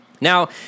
Now